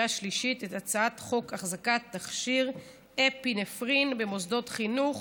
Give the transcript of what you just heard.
עוברים להצעת חוק החזקת תכשיר אפינפרין במוסדות חינוך